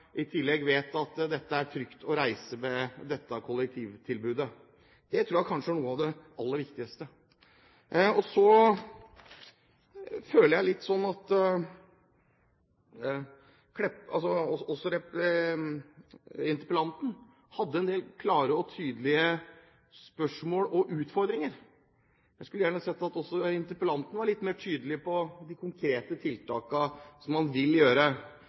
i tillegg vet at det er trygt å reise med dette kollektivtilbudet. Det tror jeg kanskje er noe av det aller viktigste. Så føler jeg at også interpellanten hadde en del klare og tydelige spørsmål og utfordringer. Jeg skulle gjerne sett at også interpellanten var litt mer tydelig på de konkrete tiltakene man vil